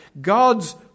God's